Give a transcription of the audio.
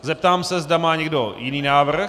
Zeptám se, zda má někdo jiný návrh.